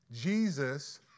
Jesus